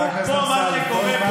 אף פעם אל תספרו פה על,